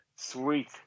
Sweet